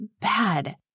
bad